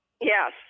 Yes